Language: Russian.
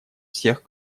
всех